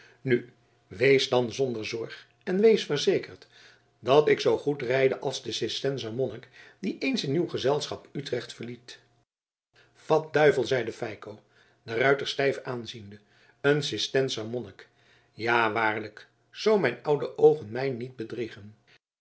nu wees dan zonder zorg en wees verzekerd dat ik zoo goed rijde als de cistenser monnik die eens in uw gezelschap utrecht verliet wat duivel zeide feiko den ruiter stijf aanziende een cistenser monnik ja waarlijk zoo mijn oude oogen mij niet bedriegen